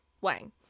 Wang